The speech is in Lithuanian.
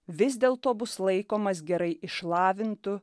vis dėlto bus laikomas gerai išlavintu